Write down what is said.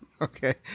Okay